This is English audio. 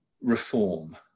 reform